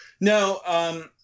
No